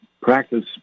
practice